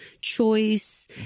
choice